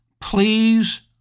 Please